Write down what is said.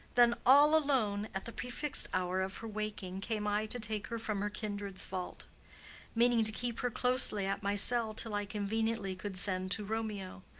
then all alone at the prefixed hour of her waking came i to take her from her kindred's vault meaning to keep her closely at my cell till i conveniently could send to romeo.